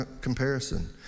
comparison